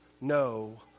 no